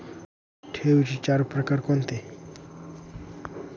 ठेवींचे चार प्रकार कोणते?